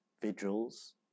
vigils